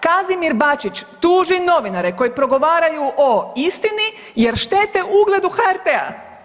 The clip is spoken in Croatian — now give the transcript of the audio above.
Kazimir Bačić tuži novinare koji progovaraju o istini jer štete ugledu HRT-a.